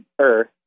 Earth